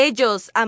Ellos